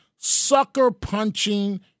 Sucker-punching